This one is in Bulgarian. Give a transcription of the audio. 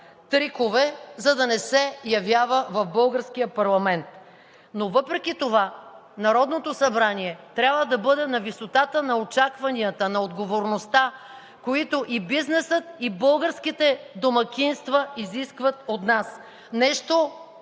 трикове, за да не се явява в българския парламент, но въпреки това Народното събрание трябва да бъде на висотата на очакванията, на отговорността, които и бизнесът, и българските домакинства изискват от нас – нещо,